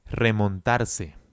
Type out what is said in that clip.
remontarse